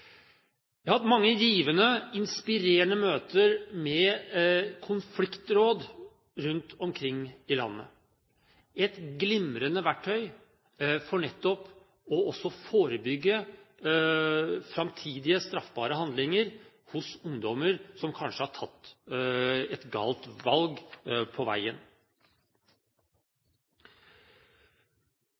Jeg har hatt mange givende, inspirerende møter med konfliktråd rundt omkring i landet – et glimrende verktøy for nettopp også å forebygge framtidige straffbare handlinger hos ungdommer som kanskje har tatt et galt valg på veien.